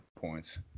points